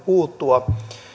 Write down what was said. puuttua